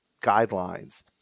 guidelines